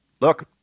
look